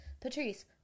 Patrice